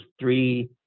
three